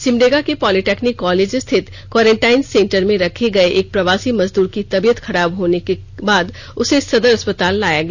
सिमडेगा के polytechnic college स्थित quarantine centre में रखे गए एक प्रवासी मजदूर की तबीयत खराब होने के बाद उसे सदर अस्पताल लाया गया